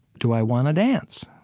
do i want to dance?